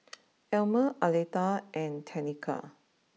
Almer Aletha and Tenika